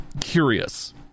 curious